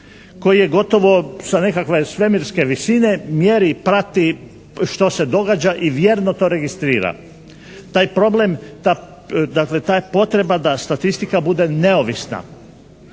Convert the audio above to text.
koji je gotovo sa nekakve svemirske visine mjeri, prati što se događa i vjerno to registrira. Taj problem, dakle ta potreba da statistika bude neovisna,